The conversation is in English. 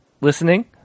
listening